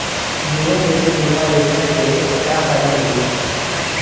जीवन ज्योति बीमा योजना के का फायदा मिली?